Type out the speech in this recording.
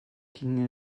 ging